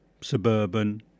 suburban